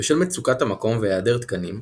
בשל מצוקת המקום והיעדר תקנים,